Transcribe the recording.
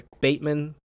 bateman